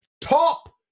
Top